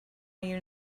you